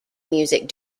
music